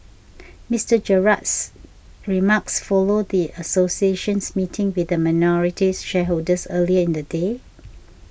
Mister Gerald's remarks followed the association's meeting with minority shareholders earlier in the day